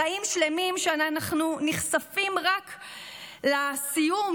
חיים שלמים שאנחנו נחשפים רק לסיום,